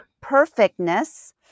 perfectness